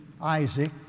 Isaac